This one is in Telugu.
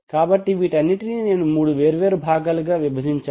కాబట్టి వీటన్నిటిని నేను 3 వేర్వేరు భాగాలుగా విభజించాను